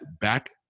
back